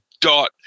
dot